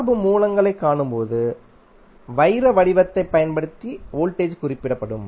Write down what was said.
சார்பு மூலங்களைக் காணும்போது வைர வடிவத்தைப் பயன்படுத்தி வோல்டேஜ் குறிப்பிடப்படும்